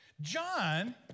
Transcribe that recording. John